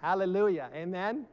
hallelujah and then